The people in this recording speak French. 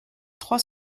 trois